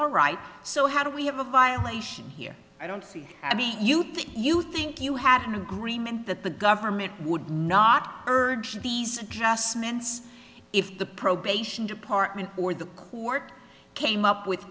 all right so how do we have a violation here i don't see i meet you think you think you have an agreement that the government would not urge these adjustments if the probation department or the court came up with